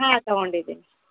ಹಾಂ ತಗೊಂಡಿದೀನಿ